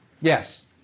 Yes